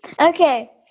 Okay